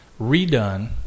redone